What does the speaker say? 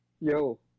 yo